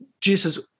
jesus